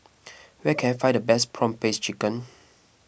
where can I find the best Prawn Paste Chicken